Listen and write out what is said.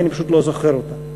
כי אני פשוט לא זוכר אותה,